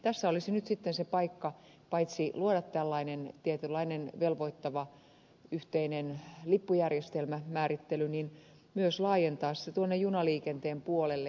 tässä olisi nyt sitten se paikka paitsi luoda tällainen tietynlainen velvoittava yhteinen lippujärjestelmämäärittely niin myös laajentaa se tuonne junaliikenteen puolelle